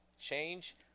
change